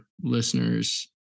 listeners